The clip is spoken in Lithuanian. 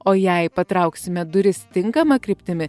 o jei patrauksime duris tinkama kryptimi